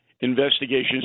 investigations